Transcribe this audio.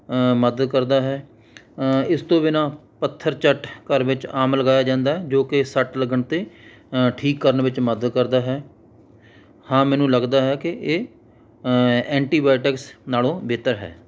ਮਦਦ ਕਰਦਾ ਹੈ ਇਸ ਤੋਂ ਬਿਨਾਂ ਪੱਥਰ ਚੱਟ ਘਰ ਵਿੱਚ ਆਮ ਲਗਾਇਆ ਜਾਂਦਾ ਹੈ ਜੋ ਕਿ ਸੱਟ ਲੱਗਣ 'ਤੇ ਠੀਕ ਕਰਨ ਵਿੱਚ ਮਦਦ ਕਰਦਾ ਹੈ ਹਾਂ ਮੈਨੂੰ ਲੱਗਦਾ ਹੈ ਕਿ ਇਹ ਐਂਟੀਬੈਟਿਕਸ ਨਾਲੋਂ ਬਿਹਤਰ ਹੈ